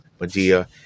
Medea